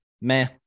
Meh